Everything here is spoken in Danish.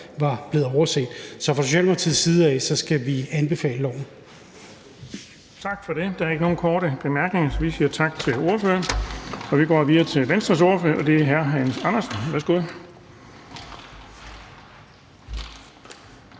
var blevet overset. Så fra Socialdemokratiets side skal vi anbefale lovforslaget. Kl. 15:09 Den fg. formand (Erling Bonnesen): Der er ikke nogen korte bemærkninger, så vi siger tak til ordføreren. Vi går videre til Venstres ordfører, og det er hr. Hans Andersen. Værsgo.